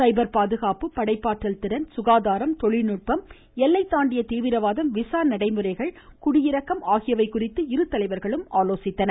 சைபர் பாதுகாப்பு படைப்பாற்றல் திறன் சுகாதாரம் தொழில்நுட்பம் எல்லை தாண்டிய தீவிரவாதம் விசா நடைமுறைகள் குடியிறக்கம் ஆகியவை குறித்து இருதலைவர்களும் ஆலோசனை மேற்கொண்டுள்ளனர்